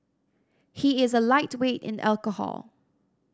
he is a lightweight in alcohol